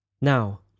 Now